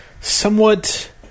somewhat